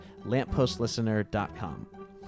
lamppostlistener.com